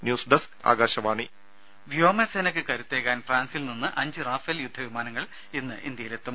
news desk Akashvani രുമ വ്യോമ സേനയ്ക്ക് കരുത്തേകാൻ ഫ്രാൻസിൽ നിന്നും അഞ്ച് റാഫേൽ യുദ്ധവിമാനങ്ങൾ ഇന്ന് ഇന്ത്യയിലെത്തും